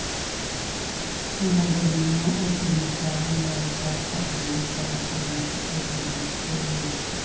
मिलेनिया उद्यमिता नयका तकनी सभके महत्व देइ छइ